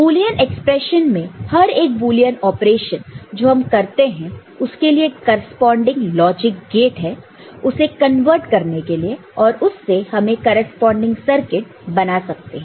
Boolean expression में हर एक बुलियन ऑपरेशन जो हम करते हैं उसके लिए एक करेस्पॉनन्डिंग लॉजिक गेट है उसे कन्वर्ट करने के लिए और उससे हमें करेस्पॉनन्डिंग सर्किट बना सकते हैं